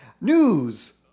News